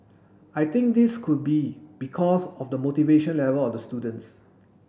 I think this could be because of the motivation level of the students